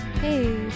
Hey